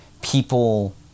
people